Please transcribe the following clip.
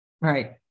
right